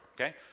okay